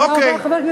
תודה רבה.